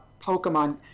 Pokemon